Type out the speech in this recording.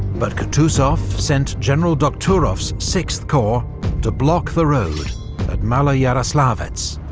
but kutuzov sent general dokhturov's sixth corps to block the road and maloyaroslavets.